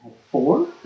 Four